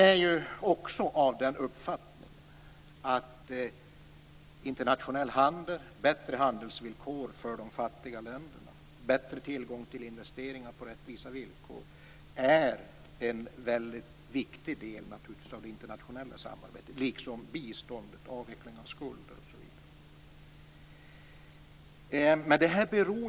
Vi är också av den uppfattningen att internationell handel - bättre handelsvillkor för de fattiga länderna och bättre tillgång till investeringar på rättvisa villkor - är en väldigt viktig del av det internationella samarbetet, liksom bistånd, avveckling av skulder osv.